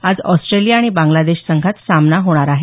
आज ऑस्ट्रेलिया आणि बांग्लादेश संघात सामना होणार आहे